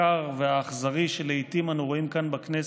הקר והאכזרי שלעיתים אנו רואים כאן בכנסת,